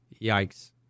yikes